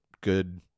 good